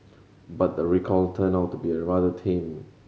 but the recoil turned out to be a rather tame